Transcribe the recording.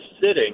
sitting